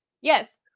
yes